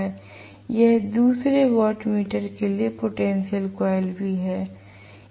यह दूसरे वाटमीटर के लिए पोटेंशियल कॉइल भी है